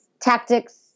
tactics